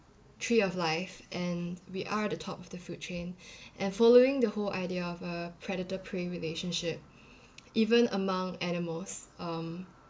tree of life and we are at the top of the food chain and following the whole idea of a predator prey relationship even among animals um